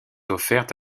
offerte